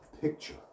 picture